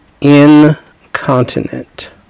incontinent